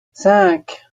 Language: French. cinq